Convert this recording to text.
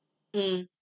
mm